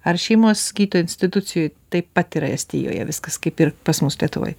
ar šeimos gydytojų institucijų taip pat yra estijoje viskas kaip ir pas mus lietuvoj